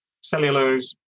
Cellulose